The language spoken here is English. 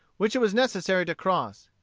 which it was necessary to cross.